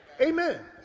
Amen